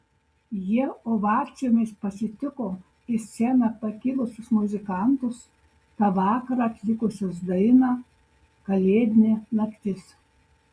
jie ovacijomis pasitiko į sceną pakilusius muzikantus tą vakarą atlikusius dainą kalėdinė naktis